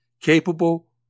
capable